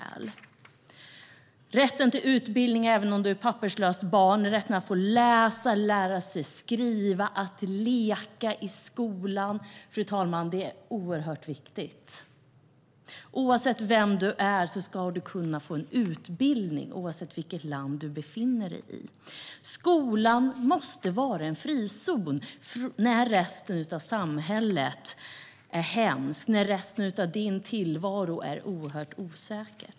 Det handlar om rätten till utbildning även om du är papperslöst barn, rätten att få läsa, lära sig skriva, att leka i skolan. Detta är oerhört viktigt, fru talman. Oavsett vem du är, oavsett vilket land du befinner dig i, ska du kunna gå en utbildning. Skolan måste vara en frizon när resten av samhället är hemskt, när resten av din tillvaro är oerhört osäker.